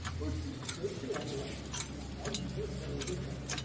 well, she could be emma weston's mother, and she's also a widow,